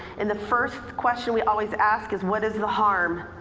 and the first question we always ask is what is the harm,